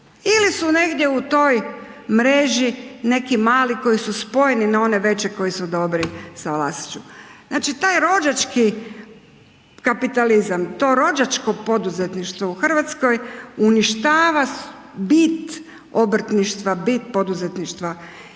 ili su negdje u toj mreži neki mali koji su spojeni na one veće koji su dobri sa … Znači taj rođački kapitalizam, to rođačko poduzetništvo u Hrvatskoj uništava bit obrtništva, bit poduzetništva.